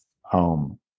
home